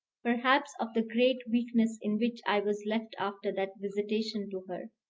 perhaps, of the great weakness in which i was left after that visitation to her,